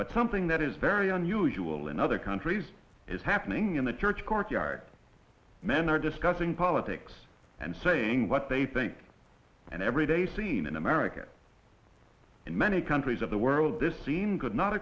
but something that is very unusual in other countries is happening in the church courtyard men are discussing politics and saying what they think and every day seen in america in many countries of the world this seems good not